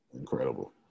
Incredible